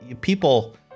People